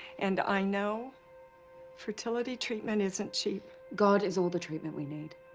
and i know fertility treatment isn't cheap. god is all the treatment we need.